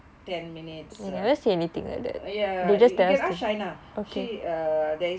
ten minutes uh ya you can ask shina she uh there is